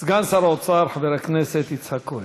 סגן שר האוצר חבר הכנסת יצחק כהן.